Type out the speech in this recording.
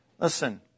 Listen